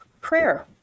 prayer